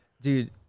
Dude